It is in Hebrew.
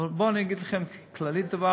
אבל איך יהיו פסיכולוגים?